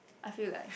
I feel like